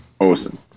Awesome